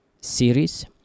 series